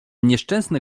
nieszczęsne